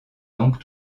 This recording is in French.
donc